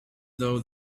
though